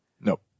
Nope